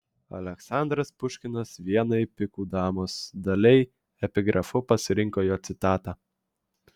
aleksandras puškinas vienai pikų damos daliai epigrafu pasirinko jo citatą